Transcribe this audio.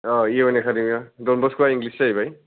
औ इउएन एकादेमिया दन बस्क'आ इंलिस जाहैबाय